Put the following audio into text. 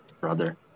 brother